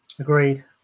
Agreed